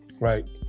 right